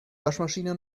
waschmaschine